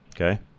Okay